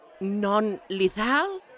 Non-lethal